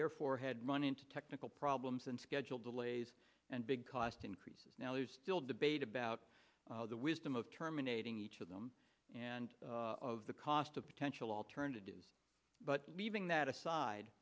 therefore had run into technical problems and schedule delays and big cost increases now there's still debate about the wisdom of terminating each of them and of the cost of potential alternatives but leaving that aside